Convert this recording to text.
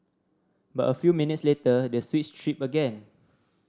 but a few minutes later the switch tripped again